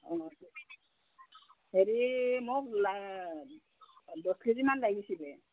অঁ হেৰি মোক দহ কেজিমান লাগিছিলে